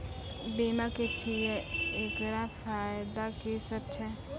बीमा की छियै? एकरऽ फायदा की सब छै?